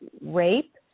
rape